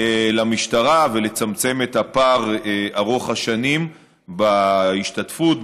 למשטרה ולצמצם את הפער ארוך השנים בהשתתפות,